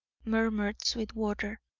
murmured sweetwater.